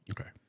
Okay